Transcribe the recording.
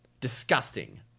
Disgusting